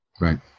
Right